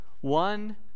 one